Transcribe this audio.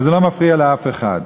וזה לא מפריע לאף אחד.